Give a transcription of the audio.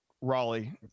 Raleigh